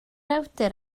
awdur